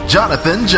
Jonathan